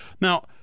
Now